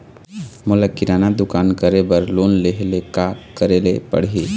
मोला किराना दुकान करे बर लोन लेहेले का करेले पड़ही?